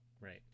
right